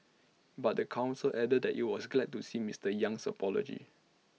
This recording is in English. but the Council added that IT was glad to see Mister Yang's apology